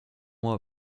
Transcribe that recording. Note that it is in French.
mois